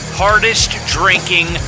hardest-drinking